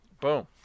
Boom